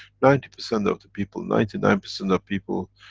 ninety percent of the people, ninety nine percent of people,